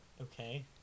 Okay